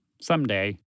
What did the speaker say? someday